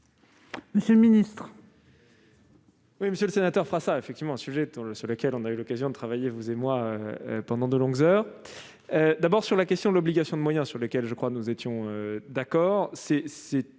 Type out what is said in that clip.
monsieur le ministre,